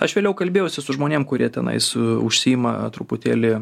aš vėliau kalbėjausi su žmonėm kurie tenais užsiima truputėlį